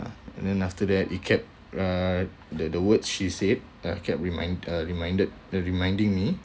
and then after that it kept uh that the word she said uh kept remind uh reminded uh reminding me